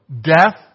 death